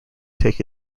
take